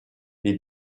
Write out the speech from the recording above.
les